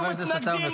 חבר הכנסת עטאונה,